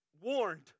warned